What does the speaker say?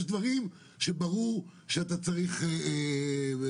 יש דברים שברור שאני חושב